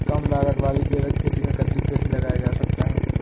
कम लागत वाली जैविक खेती में कद्दू कैसे लगाया जा सकता है?